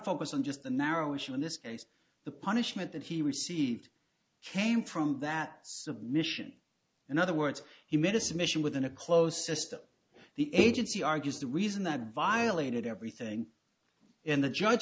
focus on just the narrow issue in this case the punishment that he received came from that submission in other words he medicine mission within a closed system the agency argues the reason that violated everything in the judge